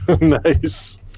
Nice